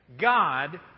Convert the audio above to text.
God